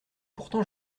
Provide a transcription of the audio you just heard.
pourtant